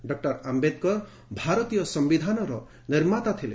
doctor Ambedkar ଭାରତୀୟ ସମ୍ଭିଧାନର ନିର୍ମାତା ଥିଲେ